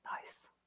Nice